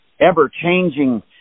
ever-changing